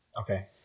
Okay